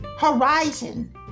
Horizon